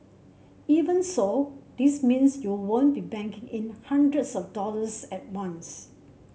even so this means you won't be banking in hundreds of dollars at once